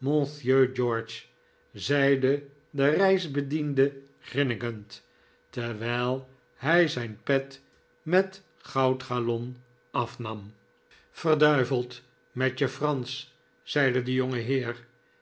george zeide de reisbediende grinnikend terwijl hij zijn pet met goudgalon afnam verd met je fransch zeide de